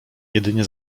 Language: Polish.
jedynie